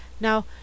now